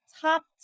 top